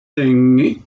thing